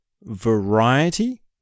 variety